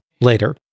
later